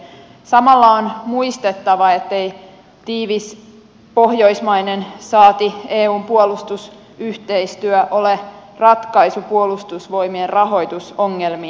samalla on muistettava ettei tiivis pohjoismainen saati eun puolustusyhteistyö ole ratkaisu puolustusvoimien rahoitusongelmiin